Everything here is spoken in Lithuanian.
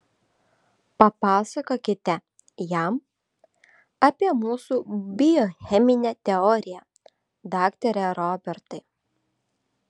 papasakokite jam apie mūsų biocheminę teoriją daktare robertai